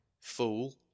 Fool